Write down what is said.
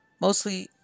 Mostly